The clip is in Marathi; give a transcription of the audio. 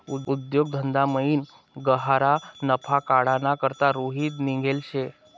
उद्योग धंदामयीन गह्यरा नफा काढाना करता रोहित निंघेल शे